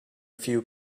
few